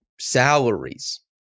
salaries